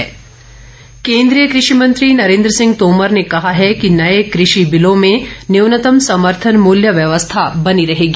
कृषि मंत्री केन्द्रीय कृषि मंत्री नरेन्द्र सिंह तोमर ने कहा है कि नए कृषि बिलों में न्यूनतम समर्थन मूल्य व्यवस्था बनी रहेगी